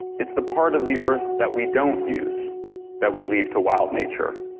it's the part of the earth that we don't use that we leave to wild nature.